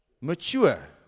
Mature